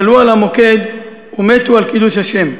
עלו על המוקד ומתו על קידוש השם.